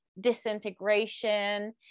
disintegration